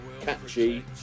catchy